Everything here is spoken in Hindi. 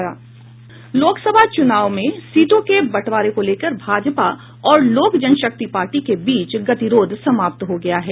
लोकसभा चुनाव में सीटों के बंटवारे को लेकर भाजपा और लोक जनशक्ति पार्टी के बीच गतिरोध समाप्त हो गया है